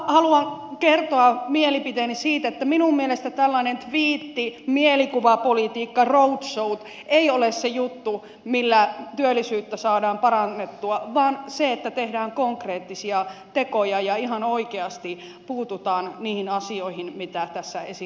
samalla haluan kertoa mielipiteeni siitä että minun mielestäni tällaiset tviitti mielikuvapolitiikka ja roadshowt eivät ole se juttu millä työllisyyttä saadaan parannettua vaan se että tehdään konkreettisia tekoja ja ihan oikeasti puututaan niihin asioihin mitä tässä esille on nostettu